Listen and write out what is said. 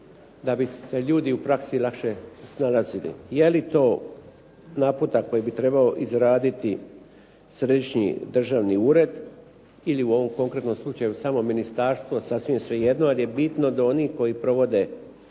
da bi se ljudi u praksi lakše snalazili. Je li to naputak koji bi trebao izraditi Središnji državni ured ili u ovom konkretnom slučaju samo ministarstvo, sasvim svejedno jer je bitno da oni koji provode